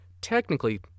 technically